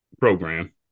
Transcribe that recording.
program